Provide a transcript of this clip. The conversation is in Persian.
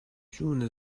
جون